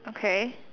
okay